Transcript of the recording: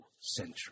century